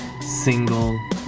single